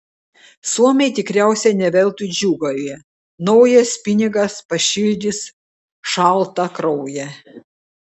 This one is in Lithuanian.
suomiai tikriausiai ne veltui džiūgauja naujas pinigas pašildys šaltą kraują